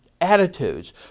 attitudes